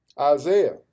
Isaiah